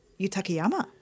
Yutakiyama